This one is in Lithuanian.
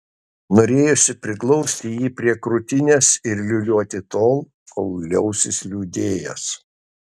norėjosi priglausti jį prie krūtinės ir liūliuoti tol kol liausis liūdėjęs